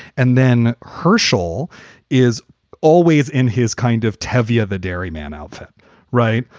and then hershel is always in his kind of tavia the dairyman outfit right.